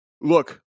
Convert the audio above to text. look